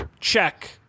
check